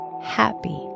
happy